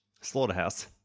slaughterhouse